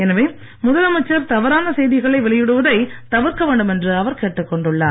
எனவே முதலமைச்சர் தவறான செய்திகளை வெளியிடுவதை தவிர்க்க வேண்டும் என்று அவர் கேட்டுக்கொண்டுள்ளார்